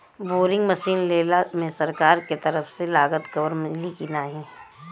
Boring machine लेला मे सरकार के तरफ से लागत कवर मिली की नाही?